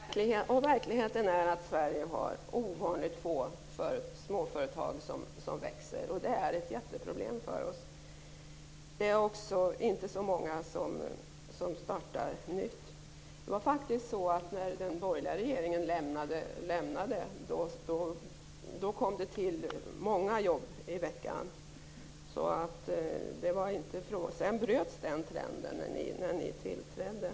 Herr talman! Verkligheten är att Sverige har ovanligt få småföretag som växer. Det är ett jätteproblem för oss. Det är inte så många som startar nytt. Den vecka när den borgerliga regeringen lämnade makten kom det till många jobb. Sedan bröts den trenden när ni tillträdde.